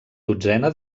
dotzena